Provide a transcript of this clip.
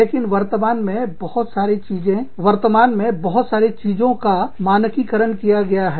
लेकिन वर्तमान में बहुत सारी चीजों का मानकीकरण किया गया है